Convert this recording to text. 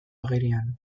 agerian